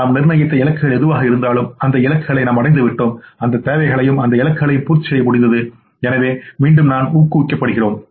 நாம் நிர்ணயித்த இலக்குகள் எதுவாக இருந்தாலும் அந்த இலக்குகளை நாம் அடைந்துவிட்டோம் அந்த தேவைகளையும் அந்த இலக்குகளையும் பூர்த்தி செய்ய முடிந்தது எனவே மீண்டும் நாம் ஊக்குவிக்கப்படுகிறோம்